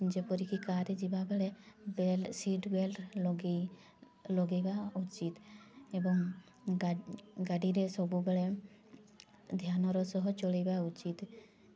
ଯେପରିକି କାର୍ରେ ଯିବାବେଳେ ବେଲ୍ ସିଟ୍ ବେଲ୍ଟ ଲଗେଇ ଲଗେଇବା ଉଚିତ୍ ଏବଂ ଗାଡ଼ିରେ ସବୁବେଳେ ଧ୍ୟାନର ସହ ଚଲେଇବା ଉଚିତ୍